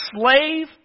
slave